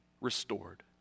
restored